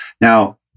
Now